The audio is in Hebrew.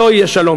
לא יהיה שלום,